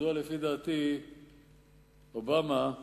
מדוע לפי דעתי אובמה בנאומו,